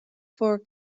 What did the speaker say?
for